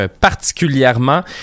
particulièrement